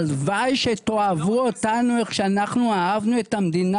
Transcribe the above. הלוואי שתאהבו אותנו כמו שאנחנו אהבנו את המדינה